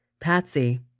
Patsy